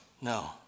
No